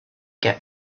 get